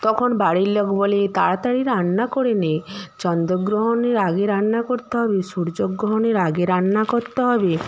তখন বাড়ির লোক বলে তাড়াতাড়ি রান্না করে নে চন্দ্রগ্রহণের আগে রান্না করতে হবে সূর্যগ্রহণের আগে রান্না করতে হবে